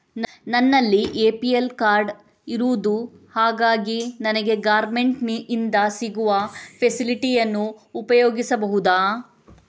ನನ್ನಲ್ಲಿ APL card ಇರುದು ಹಾಗಾಗಿ ನನಗೆ ಗವರ್ನಮೆಂಟ್ ಇಂದ ಸಿಗುವ ಫೆಸಿಲಿಟಿ ಅನ್ನು ಉಪಯೋಗಿಸಬಹುದಾ?